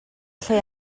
lle